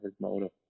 motive